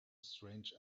strange